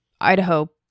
Idaho